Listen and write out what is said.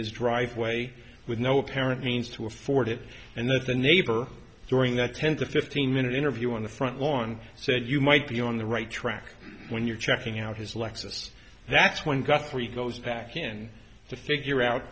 his driveway with no apparent means to afford it and that the neighbor during that ten to fifteen minute interview on the front lawn said you might be on the right track when you're checking out his lexus that's when guthrie goes back in to figure out